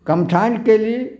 कमठाइन केली